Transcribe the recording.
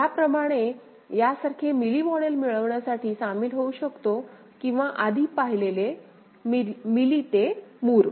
या प्रमाणे यासारखे मिली मॉडेल मिळविण्यासाठी सामील होऊ शकतो किंवा आधी पाहिलेली मिली ते मूर